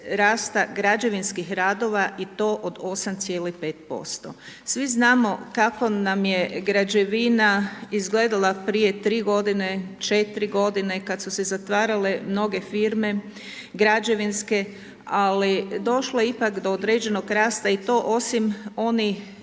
rasta građevinskih radova i to od 8,5%. Svi znamo kako nam je građevina izgledala prije 3 godine, 4 godine, kada su se zatvarale mnoge firme građevinske, ali došlo je ipak do određenog rasta i to osim onih